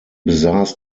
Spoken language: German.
besaß